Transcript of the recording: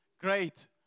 Great